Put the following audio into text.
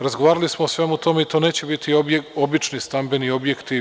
Razgovarali smo o svemu tome i to neće biti obični stambeni objekti.